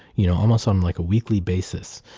you know almost on like a weekly basis,